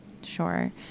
Sure